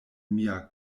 mia